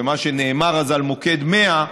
ומה שנאמר אז על מוקד 100,